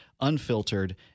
unfiltered